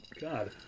God